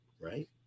right